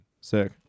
Sick